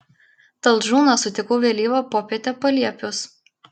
talžūną sutikau vėlyvą popietę paliepiuos